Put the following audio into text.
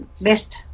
best